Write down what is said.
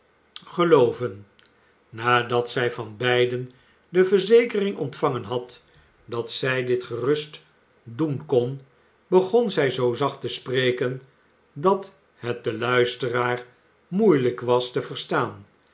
gelooven nadat zij van beiden de verzekering ontvangen had dat zij dit gerust doen kon begon zij zoo zacht te spreken dat het den luisteraar moeielijk was te verstaan